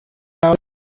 parado